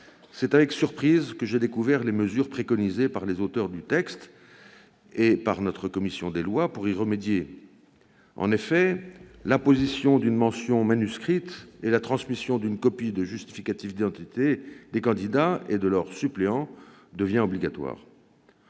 c'est avec surprise que j'ai découvert les mesures préconisées par les auteurs du texte et par notre commission des lois pour y remédier. En effet, l'apposition d'une mention manuscrite et la transmission d'une copie du justificatif d'identité des candidats et de leurs suppléants deviennent obligatoires.